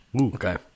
Okay